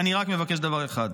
אני רק מבקש דבר אחד.